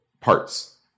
parts